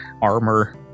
armor